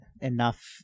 enough